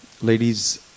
ladies